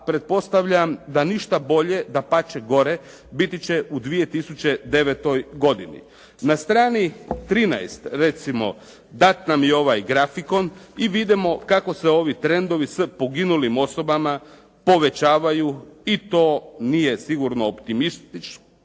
pretpostavljam da ništa bolje, dapače gore, biti će u 2009. godini. Na strani 13 recimo dat nam je ovaj grafikon i vidimo kako se ovi trendovi s poginulim osobama povećavaju i to nije sigurno optimistično.